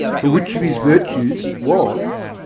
for which of his virtues it was,